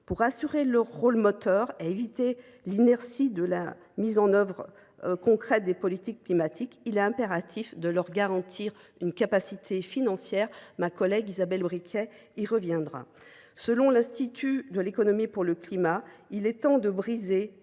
Pour garantir ce rôle moteur et éviter l’inertie dans la mise en œuvre concrète des politiques climatiques, il est impératif de garantir leurs capacités financières – ma collègue Isabelle Briquet y reviendra. Selon l’Institut de l’économie pour le climat, il est temps de briser